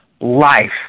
life